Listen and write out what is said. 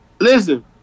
Listen